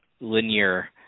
linear